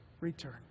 return